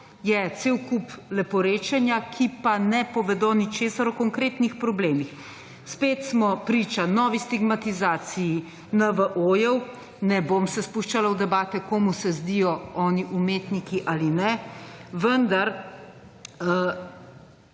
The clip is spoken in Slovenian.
je cel kup leporečenja, ki pa ne povedo ničesar o konkretnih problemih. Spet smo priča novi stigmatizaciji NVO-jev, ne bom se spuščala v debate, komu se zdijo oni umetniki ali ne, vendar,